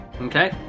Okay